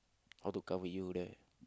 how to cover you there